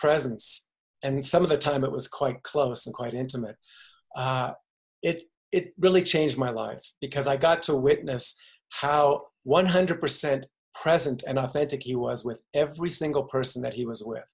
presence and some of the time it was quite close and quite intimate it it really changed my life because i got to witness how one hundred percent present and authentic he was with every single person that he was with